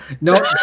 No